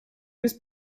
was